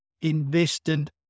invested